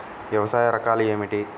వ్యవసాయ రకాలు ఏమిటి?